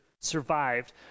survived